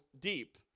deep